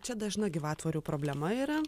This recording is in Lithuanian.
čia dažna gyvatvorių problema yra